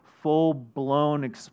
full-blown